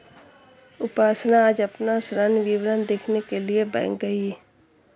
उपासना आज अपना ऋण विवरण देखने के लिए बैंक गई